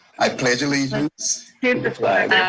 i pledge allegiance. to the flag.